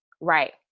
Right